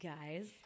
guys